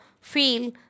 feel